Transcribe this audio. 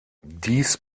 dies